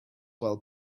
while